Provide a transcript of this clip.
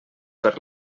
per